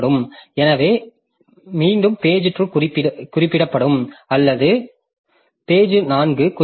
எனவே மீண்டும் இந்த பேஜ்2 மாற்றப்படும் அது ஒரு பக்கமாக மாறும் பின்னர் மீண்டும் பேஜ்2 குறிப்பிடப்படும்அல்லது பேஜ்4 குறிப்பிடப்படும்